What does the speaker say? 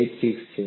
80 છે